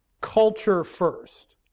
culture-first